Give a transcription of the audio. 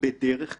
בדרך כלל,